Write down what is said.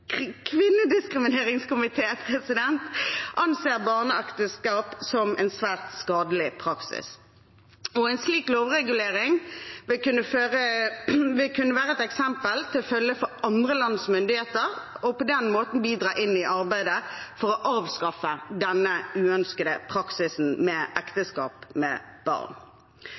anser barneekteskap som en svært skadelig praksis. En slik lovregulering vil kunne være et eksempel å følge for andre lands myndigheter og på den måten bidra i arbeidet for å avskaffe denne uønskede praksisen med ekteskap med barn.